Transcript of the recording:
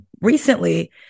recently